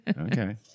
Okay